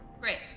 Great